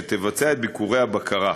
שתערוך את ביקורי הבקרה.